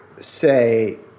say